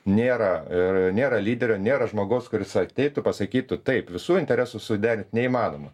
nėra ir nėra lyderio nėra žmogaus kuris ateitų pasakytų taip visų interesų suderint neįmanoma